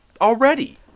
Already